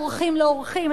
עורכים לא עורכים,